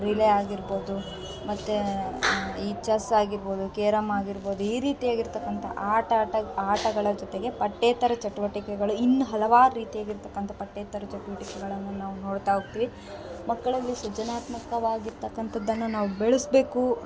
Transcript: relay ಆಗಿರ್ಬೌದು ಮತ್ತು ಈ ಚಸ್ ಆಗಿರ್ಬೌದು ಕೇರಮ್ ಆಗಿರ್ಬೌದು ಈ ರೀತಿಯಾಗಿರ್ತಕ್ಕಂಥ ಆಟಾಟ ಆಟಗಳ ಜೊತೆಗೆ ಪಠ್ಯೇತರ ಚಟುವಟಿಕೆಗಳು ಇನ್ನ ಹಲವಾರು ರೀತಿಯಾಗಿರ್ತಕ್ಕಂಥ ಪಠ್ಯೇತರ ಚಟುವಟಿಗಳನ್ನ ನಾವು ನೋಡ್ತಾ ಹೋಗ್ತೀವಿ ಮಕ್ಕಳಲ್ಲಿ ಸೃಜನಾತ್ಮಕವಾಗಿ ಇರ್ತಕ್ಕಂಥದ್ದನ್ನು ನಾವು ಬೆಳೆಸಬೇಕು